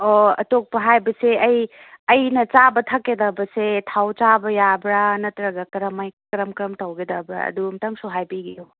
ꯑꯣ ꯑꯇꯣꯞꯄ ꯍꯥꯏꯕꯁꯦ ꯑꯩ ꯑꯩꯅ ꯆꯥꯕ ꯊꯛꯀꯗꯕꯁꯦ ꯊꯥꯎ ꯆꯥꯕ ꯌꯥꯕ꯭ꯔꯥ ꯅꯠꯇ꯭ꯔꯒ ꯀꯔꯝ ꯀꯔꯝ ꯇꯧꯒꯗꯕ꯭ꯔꯥ ꯑꯗꯨ ꯑꯃꯨꯛꯇꯪꯁꯨ ꯍꯥꯏꯕꯤꯎ